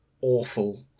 awful